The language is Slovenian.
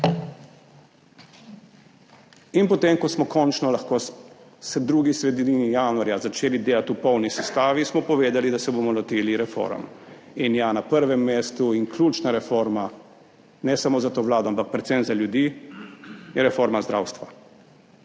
In potem, ko smo končno lahko v drugi polovici januarja začeli delati v polni sestavi, smo povedali, da se bomo lotili reform. In ja, na prvem mestu in ključna reforma, ne samo za to vlado, ampak predvsem za ljudi, je reforma zdravstva.